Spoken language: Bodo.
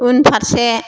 उनफारसे